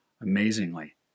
amazingly